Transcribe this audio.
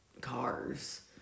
cars